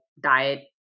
diet